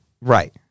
Right